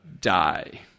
Die